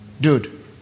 dude